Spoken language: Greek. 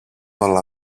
όλα